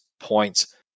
points